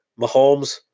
Mahomes